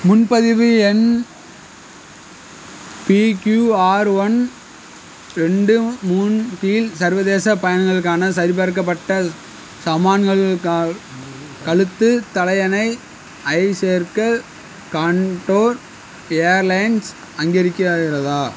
முன்பதிவு எண் P Q R one ரெண்டு மூணு கீழ் சர்வதேச பயணங்களுக்கான சரிபார்க்கப்பட்ட சமான்களுக்கா கழுத்து தலையணையைச் சேர்க்க காண்டோர் ஏர்லைன்ஸ் அங்கீகரிக்கிறதா